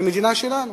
שלנו.